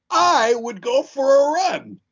i would go for a run.